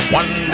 one